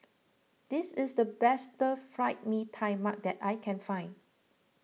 this is the best Stir Fried Mee Tai Mak that I can find